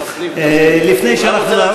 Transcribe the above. לפני שאנחנו נעבור,